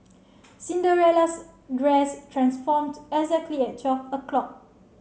Cinderella's dress transformed exactly at twelve o'clock